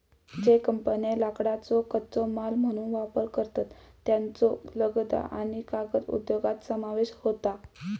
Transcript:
ज्ये कंपन्ये लाकडाचो कच्चो माल म्हणून वापर करतत, त्येंचो लगदा आणि कागद उद्योगात समावेश होता